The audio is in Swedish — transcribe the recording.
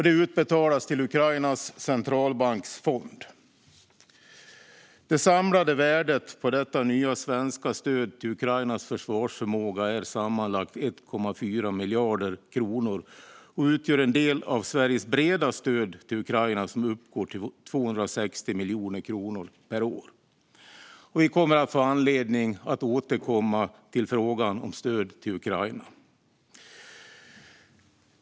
Det utbetalas till Ukrainas centralbanksfond. Det samlade värdet på detta nya svenska stöd till Ukrainas försvarsförmåga är sammanlagt 1,4 miljarder kronor och utgör en del av Sveriges breda stöd till Ukraina, som uppgår till 260 miljoner kronor per år. Vi kommer att få anledning att återkomma till frågan om stöd till Ukraina.